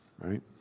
right